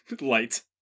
light